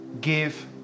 give